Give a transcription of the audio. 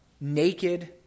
naked